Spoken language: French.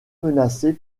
menacés